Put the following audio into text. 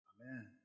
amen